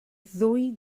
ddwy